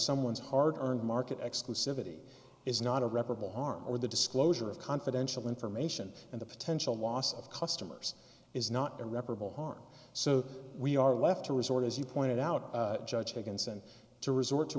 someone's hard earned market exclusivity is not a reparable harm or the disclosure of confidential information and the potential loss of customers is not irreparable harm so we are left to resort as you pointed out judge a consent to resort to